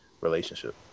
relationship